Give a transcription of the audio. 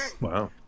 Wow